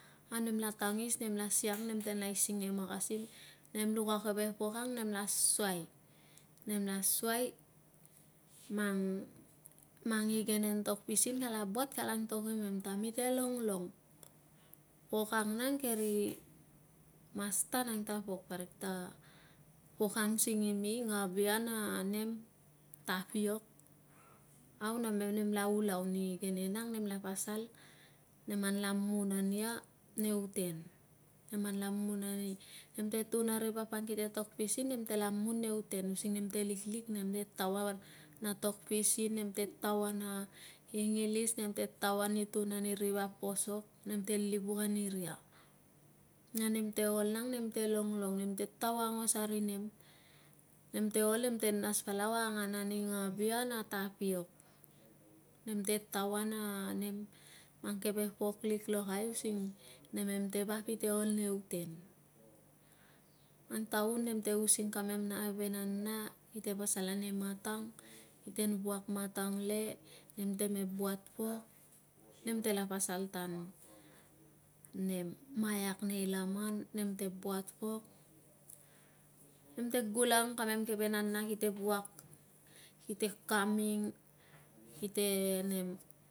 Au nemla tangis, nemla siang nem tenla aising nei makasim. Nem luk a keve pok ang nemla asuai, nemla asuai, mang, mang igenen tokpisin kala buat kala antok imem ta mite longlong, pok ang nang keri masta nang ta pok, parik ta pok ang singimi ngavia na nem tapiok. Au namem, namem la ulau ni igenen ang. Nemla pasal neman la mun ania nei uten. Neman la mun ani, nem te tun, a ri vap ang kite tokpisin, nem anla mun nei uten using nemte liklik, nem te taoa na tokpisin, nem te taoa na ingilis, nem te taoa ni tun ni ri vap posok, nem te livuk aniria na nem te ol nang, nem te longlong. Nem te taoa aungos a ri nem, nem te ol, nem te nas palau a angan ani ngavia na tapiok. Nem te taoa na nem, mang keve pok lik lokai using namem te vap ite ol nei uten. Mang taun nemte using kamem keve nana, kite pasal ane matang kiten wuak matang le, nem te buat pok nem te la pasal tan nem maiak nei laman. Nem te buat pok, nem te gulang kamem keve nana kite wuak, kite kaming, kite nem.